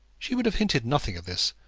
she would have hinted nothing of this,